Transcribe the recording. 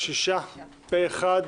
6 נגד,